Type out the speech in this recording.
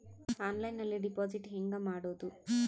ಆನ್ಲೈನ್ನಲ್ಲಿ ಡೆಪಾಜಿಟ್ ಹೆಂಗ್ ಮಾಡುದು?